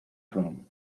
from